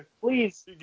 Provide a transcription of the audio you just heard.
please